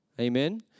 amen